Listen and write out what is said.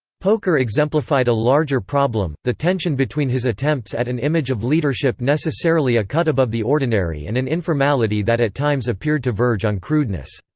poker exemplified a larger problem the tension between his attempts at an image of leadership necessarily a cut above the ordinary and an informality that at times appeared to verge on crudeness.